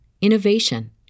innovation